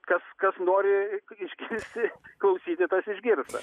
kas kas nori išgirsti klausyti tas išgirsta